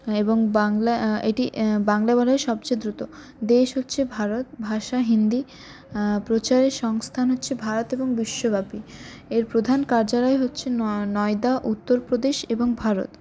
এবং বাংলা এটি বাংলায় বলা হয় সবচেয়ে দ্রুত দেশ হচ্ছে ভারত ভাষা হিন্দি প্রচারের সংস্থান হচ্ছে ভারত এবং বিশ্বব্যাপী এর প্রধান কার্যালয় হচ্ছে নয়ডা উত্তরপ্রদেশ এবং ভারত